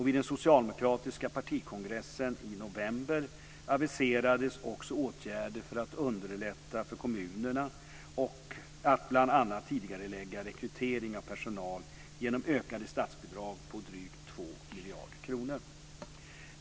Vid den socialdemokratiska partikongressen i november aviserades också åtgärder för att underlätta för kommunerna att bl.a. tidigarelägga rekrytering av personal genom ökade statsbidrag på drygt 2 miljarder kronor.